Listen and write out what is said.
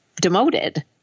demoted